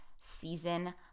Season